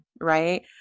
right